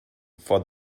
for